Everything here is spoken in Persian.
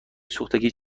سوختگی